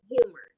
humor